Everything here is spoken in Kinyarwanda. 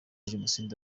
jenoside